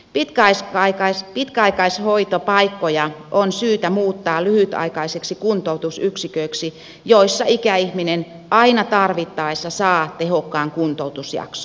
pitkäaikaishoitopaikkoja on syytä muuttaa lyhytaikaisiksi kuntoutusyksiköiksi joissa ikäihminen aina tarvittaessa saa tehokkaan kuntoutusjakson